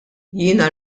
jiena